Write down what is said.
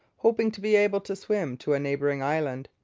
hoping to be able to swim to a neighbouring island.